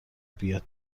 بیاد